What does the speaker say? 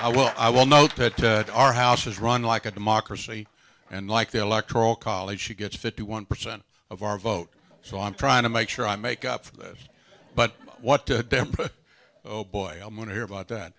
i will i will note that our house is run like a democracy and like the electoral college she gets fifty one percent of our vote so i'm trying to make sure i make up for that but what oh boy i want to hear about that